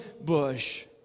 bush